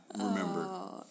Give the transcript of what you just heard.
remember